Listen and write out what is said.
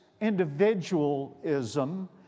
individualism